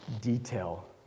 detail